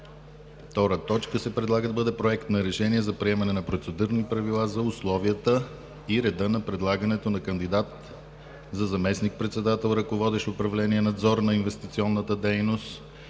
гласуване на 21 юни 2017 г. 2. Проект на решение за приемане на Процедурни правила за условията и реда за предлагането на кандидат за заместник-председател, ръководещ управление „Надзор на инвестиционната дейност“,